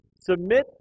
Submit